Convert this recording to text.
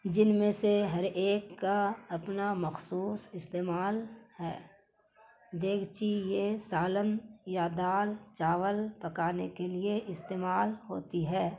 جن میں سے ہر ایک کا اپنا مخصوص استعمال ہے دیگچی یہ سالن یا دال چاول پکانے کے لیے استعمال ہوتی ہے